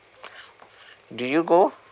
do you go